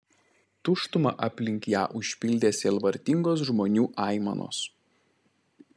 tuštumą aplink ją užpildė sielvartingos žmonių aimanos